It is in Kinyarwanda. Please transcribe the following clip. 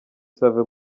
save